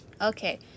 okay